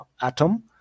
atom